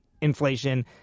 inflation